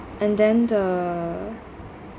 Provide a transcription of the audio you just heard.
and then the